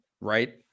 Right